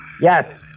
Yes